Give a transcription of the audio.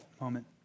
moment